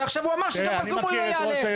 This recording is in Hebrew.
ועכשיו הוא אמר שגם בזום הוא לא יעלה,